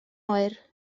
oer